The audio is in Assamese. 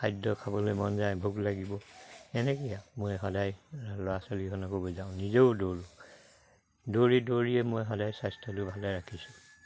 খাদ্য খাবলৈ মন যায় ভোক লাগিব সেনেকে মই সদায় ল'ৰা ছোৱালীখনকো বুজাওঁ নিজেও দৌৰোঁ দৌৰি দৌৰিয়ে মই সদায় স্বাস্থ্যটো ভালে ৰাখিছোঁ